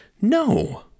No